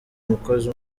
umukozi